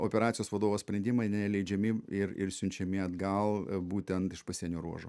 operacijos vadovo sprendimą neįleidžiami ir ir siunčiami atgal būtent iš pasienio ruožų